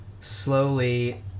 slowly